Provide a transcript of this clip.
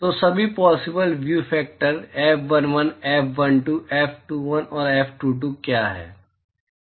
तो सभी possible view factor F11 F12 F21 और F22 क्या हैं